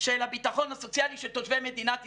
של הביטחון הסוציאלי של תושבי מדינת ישראל.